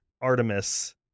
Artemis